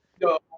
No